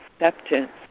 acceptance